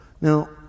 Now